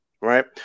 right